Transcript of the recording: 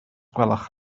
gwelwch